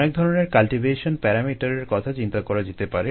অনেক ধরনের কাল্টিভেশন প্যারামিটারের কথা চিন্তা করা যেতে পারে